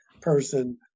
person